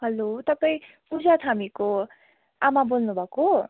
hello तपाईँ पूजा थामीको आमा बोल्नु भएको